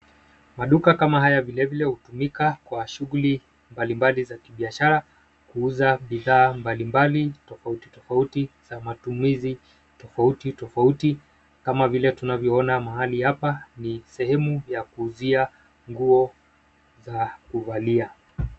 Maduka kama haya vilevile hutumika kwa shughulimbalimbali ya kibiashara kuuza bidhaa mbalimbali na tofauti tofauti na matumizi tofauti tofauti kama vile tunavyoona mahali hapa ni sehemu ya kuuzia nguo za kuvalia.